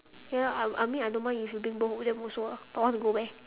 ya I will I mean I don't mind if you bring both of them also ah but want to go where